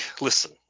listen